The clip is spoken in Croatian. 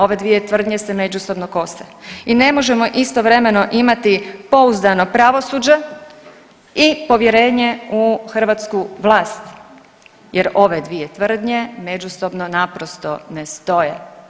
Ove dvije tvrdnje se međusobno kose i ne možemo istovremeno imati pouzdano pravosuđe i povjerenje u hrvatsku vlast, jer ove dvije tvrdnje međusobno naprosto ne stoje.